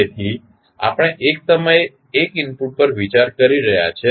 તેથી આપણે એક સમયે એક ઇનપુટ પર વિચાર કરી રહ્યા છીએ